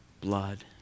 blood